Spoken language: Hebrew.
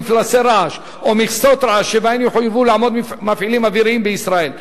מפלסי רעש או מכסות רעש שבהן יחויבו לעמוד מפעילים אוויריים בישראל,